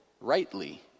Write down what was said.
rightly